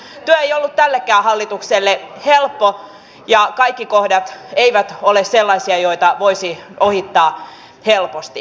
työ ei ollut tällekään hallitukselle helppo ja kaikki kohdat eivät ole sellaisia joita voisi ohittaa helposti